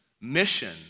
mission